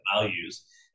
values